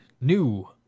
new